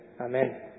Amen